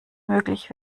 möglich